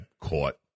caught